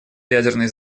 ядерной